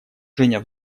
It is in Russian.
женя